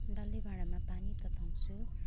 डल्ले भाँडामा पानी तताउँछु